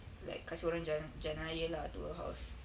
like kasi orang jalan jalan raya lah to her house